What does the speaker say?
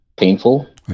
painful